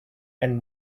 and